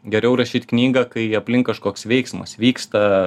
geriau rašyt knygą kai aplink kažkoks veiksmas vyksta